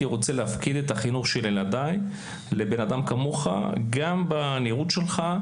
רוצה להפקיד את החינוך של ילדיי לבן אדם כמוך גם בנראות שלך,